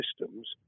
systems